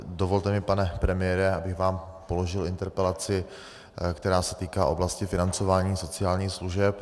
Dovolte mi, pane premiére, abych vám položil interpelaci, která se týká oblasti financování sociálních služeb.